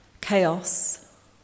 chaos